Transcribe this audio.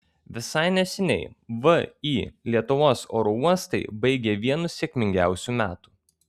visai neseniai vį lietuvos oro uostai baigė vienus sėkmingiausių metų